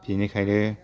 बिनिखायनो